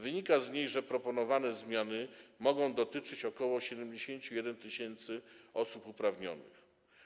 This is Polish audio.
Wynika z niej, że proponowane zmiany mogą dotyczyć ok. 71 tys. osób uprawnionych.